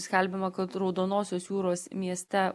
skelbiama kad raudonosios jūros mieste